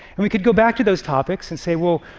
and we could go back to those topics and say, well,